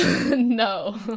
No